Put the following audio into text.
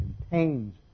contains